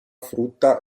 frutta